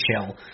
chill